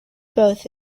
both